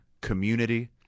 community